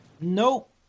Nope